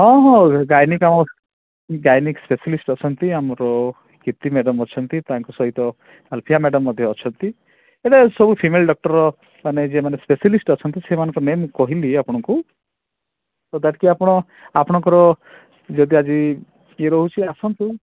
ହଁ ହଁ ଗାଇନୀକ୍ ଆମର ଗାଇନୀକ୍ ସ୍ପେସାଲିଷ୍ଟ ଅଛନ୍ତି ଆମର କୀର୍ତ୍ତି ମ୍ୟାଡ଼ାମ୍ ଅଛନ୍ତି ତାଙ୍କ ସହିତ ଆଲଫିଆ ମ୍ୟାଡ଼ାମ୍ ମଧ୍ୟ ଅଛନ୍ତି ଏବେ ସବୁ ଫିମେଲ୍ ଡ଼କ୍ଟରମାନେ ଯେମାନେ ସ୍ପେସାଲିଷ୍ଟ ଅଛନ୍ତି ସେମାନଙ୍କ ନେମ୍ ମୁଁ କହିଲି ଆପଣଙ୍କୁ ସୋ ଦେଟ୍ କି ଆପଣ ଆପଣଙ୍କର ଯଦି ଆଜି ରହୁଛି ଆସନ୍ତୁ